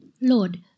Lord